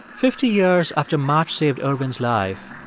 fifty years after macs saved ervin's life,